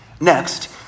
Next